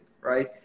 right